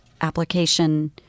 application